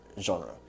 genre